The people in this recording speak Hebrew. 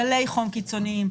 גלי חום קיצוניים,